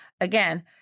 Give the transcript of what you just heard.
Again